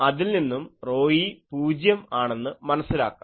അതിൽനിന്നും ρe പൂജ്യം ആണെന്ന് മനസ്സിലാക്കാം